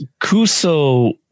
Cuso